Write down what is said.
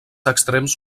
extrems